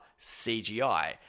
CGI